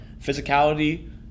physicality